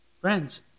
Friends